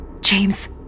James